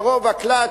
מרוב הקלאץ',